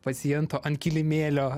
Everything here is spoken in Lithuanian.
paciento ant kilimėlio